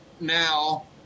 now